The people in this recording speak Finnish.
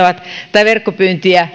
tai verkkopyyntiä